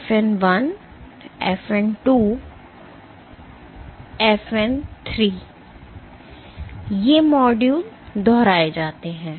FN 1 FN 2 और FN 3 ये module दोहराए जाते हैं